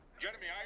jeremy, are